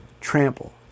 Trample